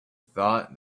thought